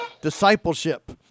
discipleship